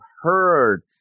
heard